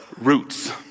roots